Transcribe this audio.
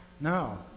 No